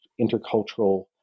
intercultural